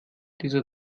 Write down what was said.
dieser